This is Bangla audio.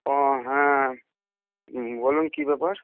ও হ্যাঁ বলুন কী ব্যাপার